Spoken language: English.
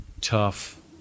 tough